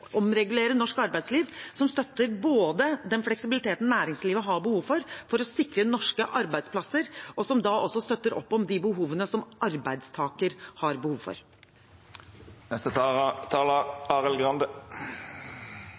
norsk arbeidsliv, en lovgivning som både støtter den fleksibiliteten næringslivet har behov for for å sikre norske arbeidsplasser, og som også støtter opp om de behovene som arbeidstaker har.